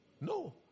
No